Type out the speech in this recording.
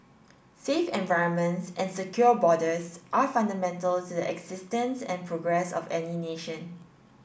safe environments and secure borders are fundamental to the existence and progress of any nation